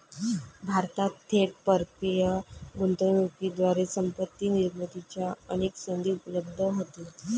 भारतात थेट परकीय गुंतवणुकीद्वारे संपत्ती निर्मितीच्या अनेक संधी उपलब्ध होतील